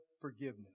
forgiveness